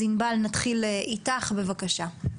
אז ענבל נתחיל איתך, בבקשה.